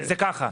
הזכאות.